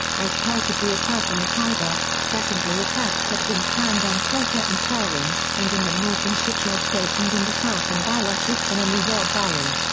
as part of the attack on the khyber, secondary attacks had been planned on quetta and kurram, and in the north in chitral state and in the south in baluchistan and the zhob valley.